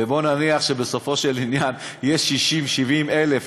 ובואו נניח שבסופו של עניין יש 60,000 70,000,